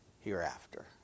hereafter